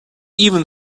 even